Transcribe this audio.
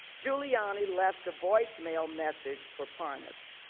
giuliani left a voicemail message for parnas.